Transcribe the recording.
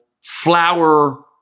flower